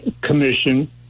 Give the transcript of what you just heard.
Commission